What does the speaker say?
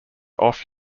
off